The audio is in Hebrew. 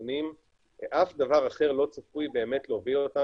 בחיסון הוא למעשה מכפלה של סיכונים ולא סתם הסיכון שבתחלואה עצמה,